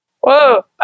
whoa